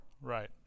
right